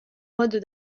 modes